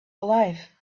alive